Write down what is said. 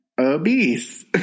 obese